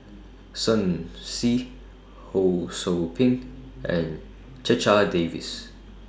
Shen Xi Ho SOU Ping and Checha Davies